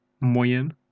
Moyen